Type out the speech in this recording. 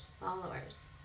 followers